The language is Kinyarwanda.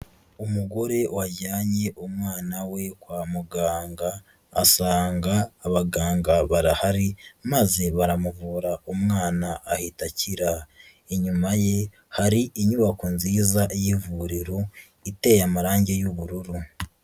Umugore wajyanye umwana we kwa muganga, asanga abaganga barahari, maze baramuvura umwana ahita akira, inyuma ye hari inyubako nziza y'ivuriro, iteye amarangi y'ubururu.